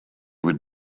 would